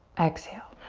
exhale.